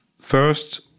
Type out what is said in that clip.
First